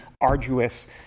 arduous